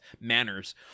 manners